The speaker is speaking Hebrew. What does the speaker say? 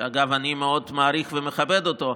שאגב אני מאוד מעריך ומכבד אותו,